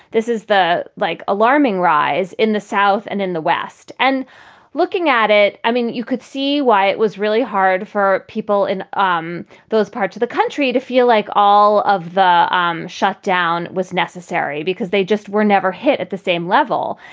this is the like, alarming rise in the south. and in the west and looking at it. i mean, you could see why it was really hard for people in um those parts of the country to feel like all of the um shut down was necessary because they just were never hit at the same level.